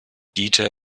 dieter